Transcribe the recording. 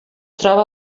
troba